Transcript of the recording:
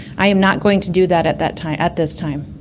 i am not going to do that at that time at this time.